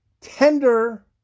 tender